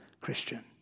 Christian